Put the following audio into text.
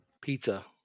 Pizza